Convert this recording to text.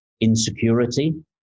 insecurity